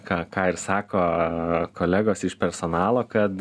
ką ką ir sako kolegos iš personalo kad